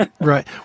Right